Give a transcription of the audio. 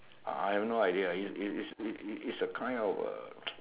II have no idea it's it's it's it's it's a kind of A